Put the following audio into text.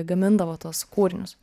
gamindavo tuos kūrinius